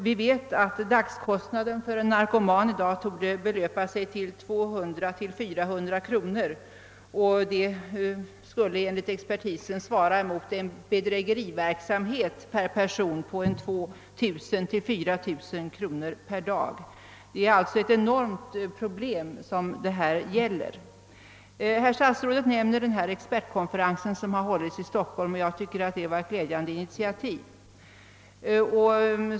Vi vet att dagskostnaden för en narkoman i dag torde belöpa sig till 200—400 kronor; det skulle enligt expertisen svara mot en bedrägeriverksamhet per person på 2 000—-4 000 kronor om dagen. Det är alltså ett enormt problem det här gäller. Statsrådet nämner den expertkonferens som har hållits i Stockholm, och jag tycker att denna konferens var ett glädjande initiativ.